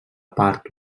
part